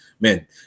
Man